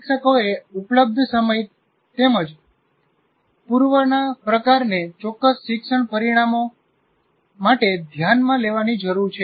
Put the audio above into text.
શિક્ષકોએ ઉપલબ્ધ સમય તેમજ પૂર્વના પ્રકારને ચોક્કસ શિક્ષણ પરિણામો માટે ધ્યાનમાં લેવાની જરૂર છે